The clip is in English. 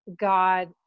God